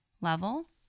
level